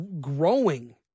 growing